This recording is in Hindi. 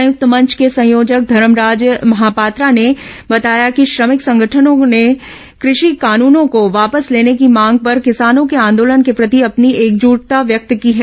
संयुक्त मंच के संयोजक धर्मराज महापात्रा ने बताया कि श्रमिक संगठनों ने कृषि कानूनों को वापस लेने की मांग पर किसानों के आंदोलन के प्रति अपनी एकजुटता व्यक्त की है